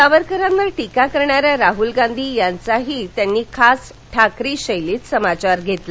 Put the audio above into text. सावरकरांवर टीका करणाऱ्या राहुल गांधी यांचाही त्यांनी खास ठाकरी शक्तीत समाचार घेतला